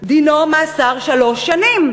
דינו מאסר שלוש שנים.